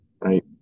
Right